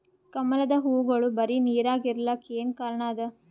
ಕಮಲದ ಹೂವಾಗೋಳ ಬರೀ ನೀರಾಗ ಇರಲಾಕ ಏನ ಕಾರಣ ಅದಾ?